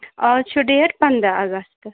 آز چھُ ڈیٹ پنٛداہ اَگست